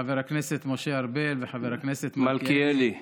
חבר הכנסת משה ארבל וחבר הכנסת מלכיאלי,